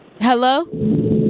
Hello